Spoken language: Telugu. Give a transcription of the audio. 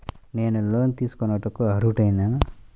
నేను లోన్ తీసుకొనుటకు అర్హుడనేన?